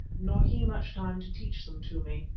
nor he much time to teach them to me.